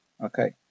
Okay